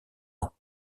ans